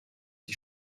die